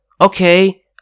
okay